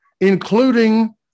including